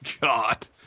God